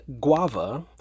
guava